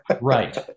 right